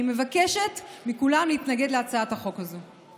אני מבקשת מכולם להתנגד להצעת החוק הזאת.